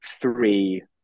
three